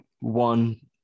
one